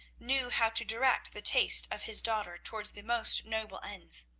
knew how to direct the taste of his daughter towards the most noble ends.